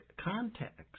context